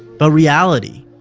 but reality,